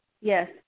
Yes